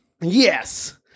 Yes